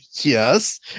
Yes